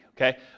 okay